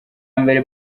mbere